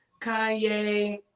Kanye